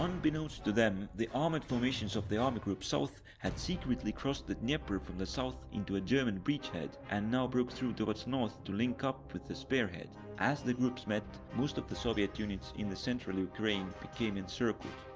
unbeknownst to them, the armoured formations of the um army group south had secretly crossed the dnieper from the south into a german bridgehead and now broke through towards north to link up with the spearhead. as the groups met, most of the soviet units in central ukraine became encircled.